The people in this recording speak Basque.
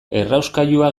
errauskailua